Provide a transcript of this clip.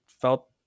felt